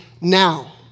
now